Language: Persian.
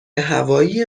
هوایی